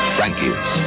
Frankie's